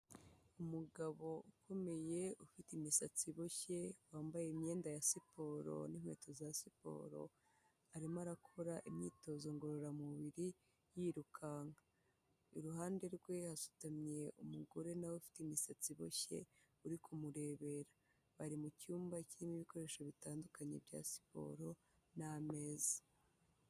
Umugabo ukomeye ufite imisatsi iboshye, wambaye imyenda ya siporo n'inkweto za siporo, arimo arakora imyitozo ngororamubiri yirukanka, iruhande rwe hasutamye umugore na we ufite imisatsi iboshye uri kumurebera, bari mu cyumba kirimo ibikoresho bitandukanye bya siporo, n'ameza.